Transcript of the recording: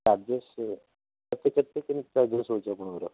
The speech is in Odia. ଚାର୍ଜେସ୍ କେତେ କେତେ କେମିତି ଚାର୍ଜେସ୍ ରହୁଛି ଆପଣଙ୍କର